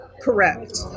correct